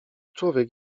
człowiek